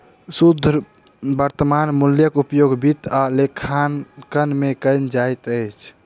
शुद्ध वर्त्तमान मूल्यक उपयोग वित्त आ लेखांकन में कयल जाइत अछि